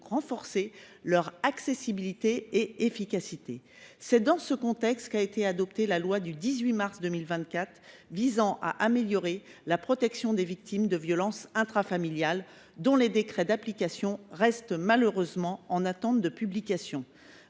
renforcer leur accessibilité et leur efficacité. C’est dans ce contexte qu’a été adoptée la loi du 13 juin 2024, qui vise à améliorer la protection des victimes de violences intrafamiliales, mais dont le décret d’application demeure malheureusement en attente de publication.